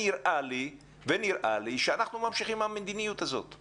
נראה לי שאנחנו ממשיכים עם המדיניות של האופציה השנייה.